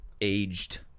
aged